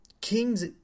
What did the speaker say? King's